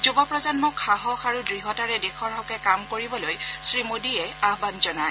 যুৱ প্ৰজন্মক সাহস আৰু দ়ঢ়তাৰে দেশৰ হকে কাম কৰিবলৈ শ্ৰীমোদীয়ে আহান জনায়